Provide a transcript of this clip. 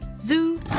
zoo